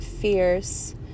fierce